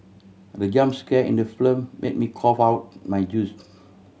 the jump scare in the film made me cough out my juice